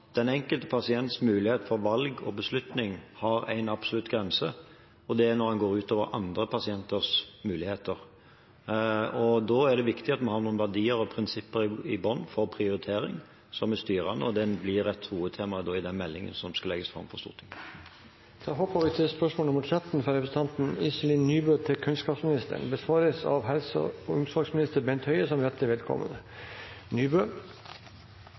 den enkelte pasients mulighet for valg og beslutning har en absolutt grense. Det er når det går ut over andre pasienters muligheter. Da er det viktig at vi i bunnen har noen verdier og prinsipper for prioritering som er styrende. Det blir et hovedtema i meldingen som skal legges fram for Stortinget. Da hopper vi til spørsmål 13. Dette spørsmålet, fra Iselin Nybø til kunnskapsministeren, vil bli besvart av helse- og omsorgsministeren som rette vedkommende.